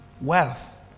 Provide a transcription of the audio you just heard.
Wealth